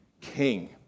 king